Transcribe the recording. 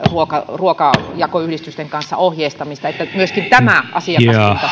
ruokajakoyhdistysten kanssa ohjeistamista että myöskin tämä asiakaskunta sitten